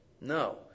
No